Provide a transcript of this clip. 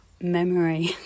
memory